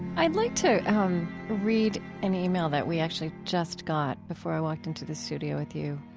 i'd like to read an ah e-mail that we actually just got before i walked into the studio with you,